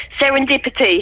Serendipity